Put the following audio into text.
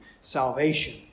salvation